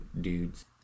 dudes